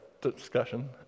discussion